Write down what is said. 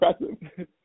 impressive